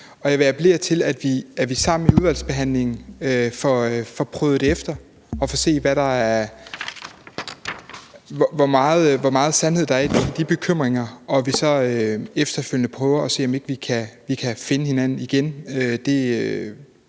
jeg vil appellere til, at vi sammen i udvalgsbehandlingen får prøvet det efter for at se, hvor meget sandhed der er i de bekymringer, og at vi så efterfølgende prøver at se, om vi ikke vi kan finde hinanden igen.